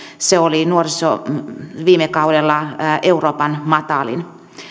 se oli viime kaudella euroopan matalin